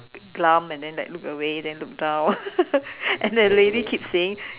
glum and then like look away then look down and the lady keep saying